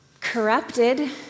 corrupted